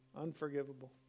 unforgivable